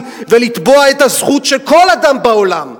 ולתבוע את הזכות של כל אדם בעולם,